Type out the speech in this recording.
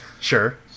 Sure